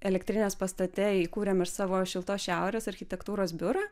elektrinės pastate įkūrėm ir savo šiltos šiaurės architektūros biurą